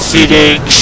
Feeding